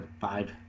Five